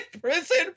Prison